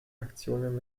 aktionen